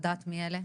לדעת מי אלה.